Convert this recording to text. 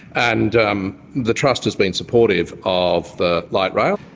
and um the trust has been supportive of the light rail.